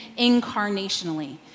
incarnationally